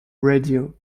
radio